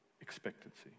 expectancy